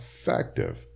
effective